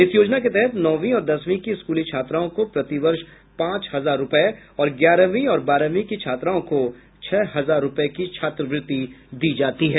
इस योजना के तहत नौवीं और दसवीं की स्कूली छात्राओं को प्रतिवर्ष पांच हजार रूपये और ग्यारहवीं और बारहवीं की छात्राओं को छह हजार रूपये की छात्रवृत्ति दी जाती है